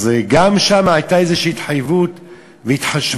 אז גם בוועדה הייתה איזושהי התחייבות והתחשבות,